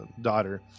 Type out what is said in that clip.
daughter